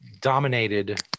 dominated